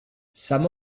some